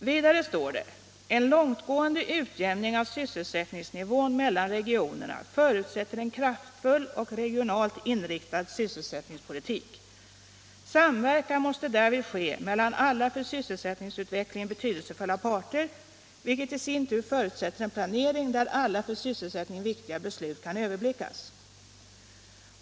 Vidare står det följande: ”En långtgående utjämning av sysselsättningsnivån mellan regionerna förutsätter en kraftfull och regionalt inriktad sysselsättningspolitik. Samverkan måste därvid ske mellan alla för sysselsättningsutvecklingen betydelsefulla parter, vilket i sin tur förutsätter en planering där alla för sysselsättningen viktiga beslut kan överblickas.